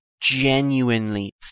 genuinely